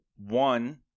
one